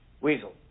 Weasel